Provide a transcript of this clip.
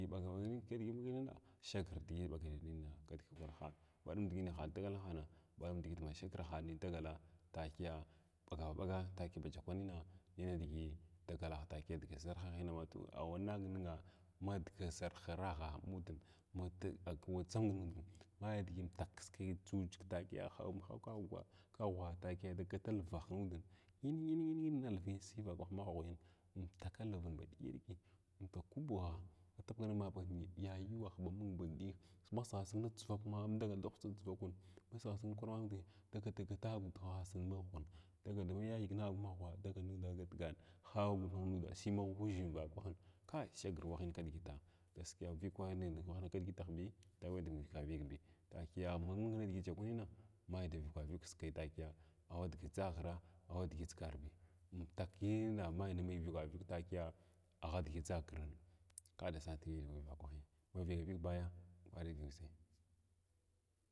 Diʒi ɓagana ɓag kizligi hanina shagir diʒi ɓagana nayna kʒarhirn, badum nidigi dagala han badum digi shagrahan dagala takiya ɓagara ɓag ba takwanin in nidigi dagal takiya dga ʒarhahima a wafo a wanan ningha madga ʒarhiragha anuda an akwa dʒum ningha mai nidgi amtuk kishi jujig takiya hauram hawg kaagwa, kaghra takiya andagatul vagh indin ngin ngim ngim nalvin sayi vakurahins maghwin simfuvialvin ba ɗiki-ɗiki ba ku bawn batupgnimma ba yayuwagh ba munga ba ɗek ma sighasig natsvak ma amdagal dahusa atsvakwun, masigha sig kwar, dagal dagata agwa dughwasin maghwun dagal dama yayig nagwa maghwah daal nud dagatgan hagw nuda sima ghwuʒh vakwahin kai shagir wahin kizligitz gaskiya vighwayi wahin kidigitzhbi dagwa davika vigbiy takiya ma mung najakwahina mai davikum vig bi kiskai takiya awn nidigi dʒaghira awnidigi dʒagharbi amtauk kina nai na vigwa viig takiya aghdi dʒagizni kada sas nidigi vakwahin maviyaka viig ɓa badigin kiskaya.